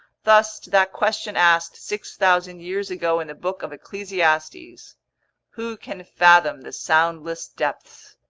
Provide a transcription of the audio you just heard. thus to that question asked six thousand years ago in the book of ecclesiastes who can fathom the soundless depths?